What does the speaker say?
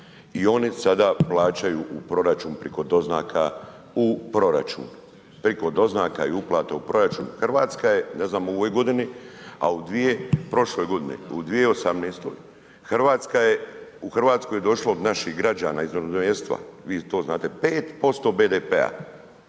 priko doznaka u proračun, priko doznaka i uplata u proračun. RH je, ne znam u ovoj godini, a u dvije prošle godine, u 2018. RH je, u RH je došlo od naših građana iz inozemstva, vi to znate, 5% BDP-a,